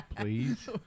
Please